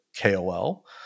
KOL